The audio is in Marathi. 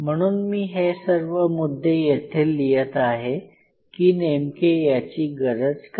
म्हणून मी हे सर्व मुद्दे येथे लिहत आहे की नेमके याची गरज काय